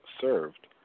served